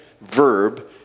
verb